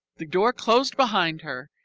the door closed behind her,